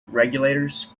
regulators